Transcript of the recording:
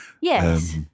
Yes